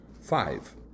five